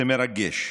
זה מרגש,